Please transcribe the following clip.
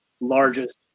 largest